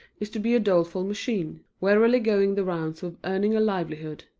is to be a doleful machine, wearily going the rounds of earning a livelihood.